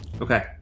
Okay